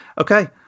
Okay